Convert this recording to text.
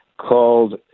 called